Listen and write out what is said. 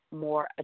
more